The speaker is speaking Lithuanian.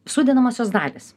sudedamosios dalys